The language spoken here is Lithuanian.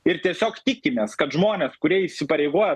ir tiesiog tikimės kad žmonės kurie įsipareigoja